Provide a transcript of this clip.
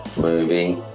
movie